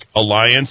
alliance